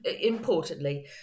importantly